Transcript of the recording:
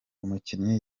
umukinnyi